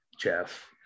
Jeff